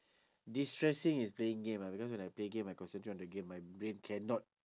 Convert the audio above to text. destressing is playing game ah because when I play game I concentrate on the game my brain cannot